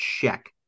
check